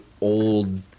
old